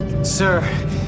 sir